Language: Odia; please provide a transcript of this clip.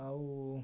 ଆଉ